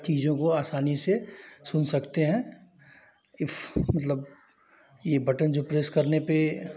चीज़ों को आसानी से सुन सकते हैं इफ मतलब यह बटन जो प्रेस करने पर